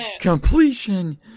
completion